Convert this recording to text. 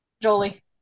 jolie